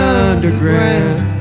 underground